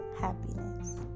happiness